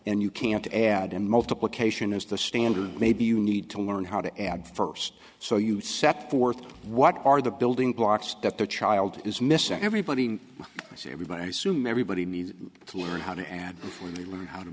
and you can't add and multiplication as the standard maybe you need to learn how to add first so you set forth what are the building blocks that the child is missing everybody say everybody sume everybody needs to learn how to add before they learn how to